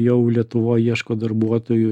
jau lietuvoj ieško darbuotojų